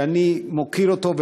שאני מוקיר אותו,